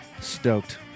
stoked